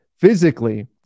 Physically